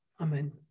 Amen